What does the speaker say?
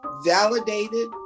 validated